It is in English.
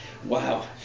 Wow